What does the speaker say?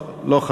לא, לא 5,